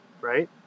right